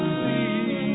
see